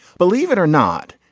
believe it or not.